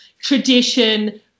tradition